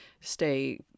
stay